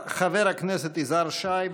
חבר הכנסת יזהר שי,